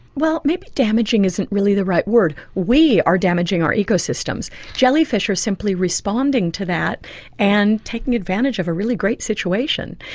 well, maybe damaging isn't really the right word. we are damaging our ecosystems. jellyfish are simply responding to that and taking advantage of a really great situation.